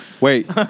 Wait